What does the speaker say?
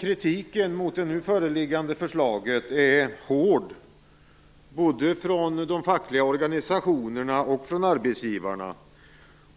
Kritiken mot det nu föreliggande förslaget är hård, både från de fackliga organisationerna och från arbetsgivarna.